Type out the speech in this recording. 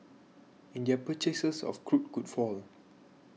and their purchases of crude could fall